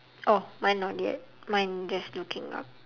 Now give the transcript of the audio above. oh mine not yet mine just looking up